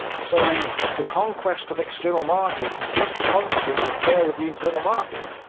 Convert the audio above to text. so the conquest of external markets is the consequence of the failure of the internal market,